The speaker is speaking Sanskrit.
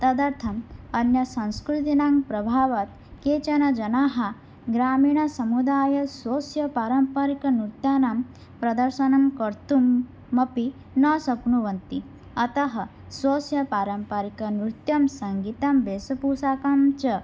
तदर्थम् अन्यसंस्कृतीनां प्रभावात् केचन जनाः ग्रामीणसमुदायाः स्वस्य पारम्परिकनृत्यानां प्रदर्शनं कर्तुमपि न शक्नुवन्ति अतः स्वस्य पारम्परिकनृत्यसङ्गीतवेशपोषाकं च